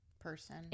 person